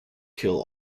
kill